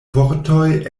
vortoj